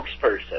spokesperson